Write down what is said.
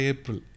April